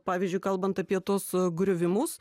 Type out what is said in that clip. pavyzdžiui kalbant apie tuos griuvimus